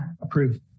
Approved